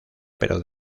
pero